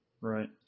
right